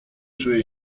czuje